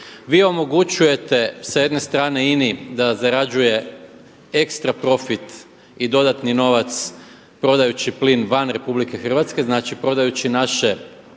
Vi omogućujete sa jedne strane INA-i da zarađuje ekstra profit i dodatni novac prodajući plin van Republike Hrvatske, znači prodajući naše